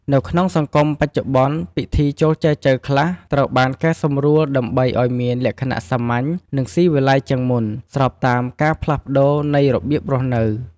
នៅក្នុងសង្គមបច្ចុប្បន្ន ពិធីចូលចែចូវខ្លះត្រូវបានកែសម្រួលដើម្បីឲ្យមានលក្ខណៈសាមញ្ញ និងស៊ីវិល័យជាងមុន ស្របតាមការផ្លាស់ប្តូរនៃរបៀបរស់នៅ។